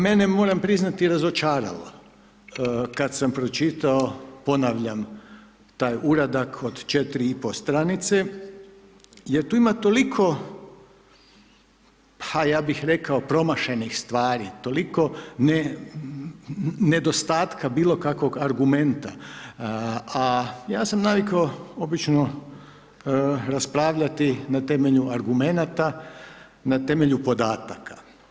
Mene moram priznati razočaralo, kada sam pročitao, ponavljam, taj uradak od 4,5 stranice, jer tu ima toliko, ja bih rekao promašenih stvari, toliko nedostatka bilo kakvog argumenta, a ja sam navikao obično raspravljati na temelju argumenata, na temelju podataka.